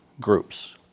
groups